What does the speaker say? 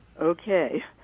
Okay